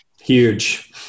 Huge